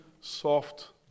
soft